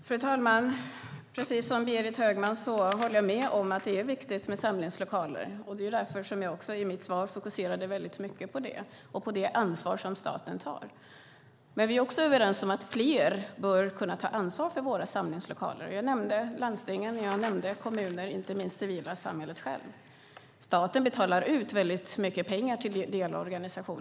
Fru talman! Jag håller med Berit Högman om att det är viktigt med samlingslokaler, och det är därför som jag i mitt svar fokuserar mycket på det och på det ansvar som staten tar. Men vi är också överens om att fler bör kunna ta ansvar för våra samlingslokaler. Jag nämnde landstingen, kommunerna och inte minst det civila samhället. Staten betalar ut mycket pengar till ideella organisationer.